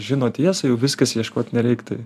žino tiesą jau viskas ieškot nereik tai